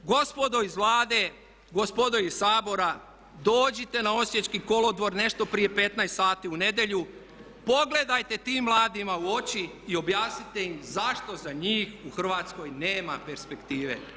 Gospodo iz Vlade, gospodo iz Sabora, dođite na Osječki kolodvor nešto prije 15 sati u nedjelju, pogledajte tim mladima u oči i objasnite im zašto za njih u Hrvatskoj nema perspektive.